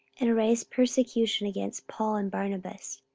and raised persecution against paul and barnabas,